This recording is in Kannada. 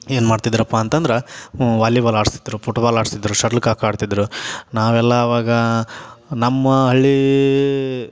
ಏನು ಮಾಡ್ತಿದ್ದರಪ್ಪ ಅಂತಂದ್ರೆ ವಾಲಿಬಾಲ್ ಆಡಿಸ್ತಿದ್ರು ಪುಟ್ಬಾಲ್ ಆಡಿಸ್ತಿದ್ರು ಶೆಟಲ್ ಕಾಕ್ ಆಡ್ತಿದ್ದರು ನಾವೆಲ್ಲ ಅವಾಗ ನಮ್ಮ ಹಳ್ಳಿ